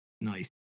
Nice